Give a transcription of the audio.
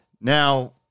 Now